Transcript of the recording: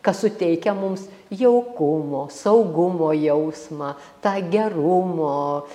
kas suteikia mums jaukumo saugumo jausmą tą gerumo